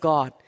God